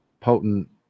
potent